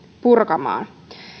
purkamaan